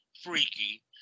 freaky